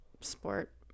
sport